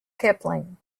kipling